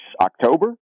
October